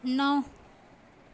नौ